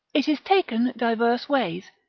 it is taken diverse ways,